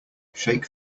shake